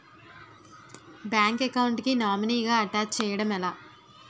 Bank account కి nominee గా attach చేయడం ఎలా?